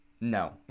no